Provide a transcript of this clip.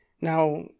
Now